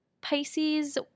pisces